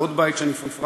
ועוד בית שנפרץ,